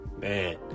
man